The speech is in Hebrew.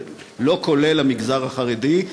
לא כולל המגזר החרדי,